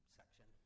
section